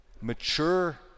Mature